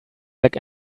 like